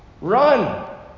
run